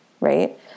right